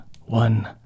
one